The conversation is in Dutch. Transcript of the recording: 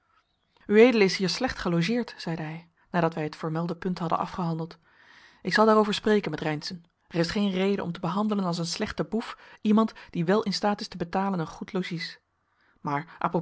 ued is hier slecht gelogeerd zeide hij nadat wij het voormelde punt hadden afgehandeld ik zal daarover spreken met reynszen er is geen reden om te behandelen als een slechten boef iemand die wel in staat is te betalen een goed logies maar